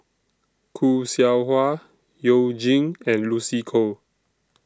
Khoo Seow Hwa YOU Jin and Lucy Koh